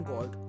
God